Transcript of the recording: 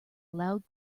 loud